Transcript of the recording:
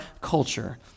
culture